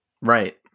Right